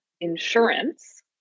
insurance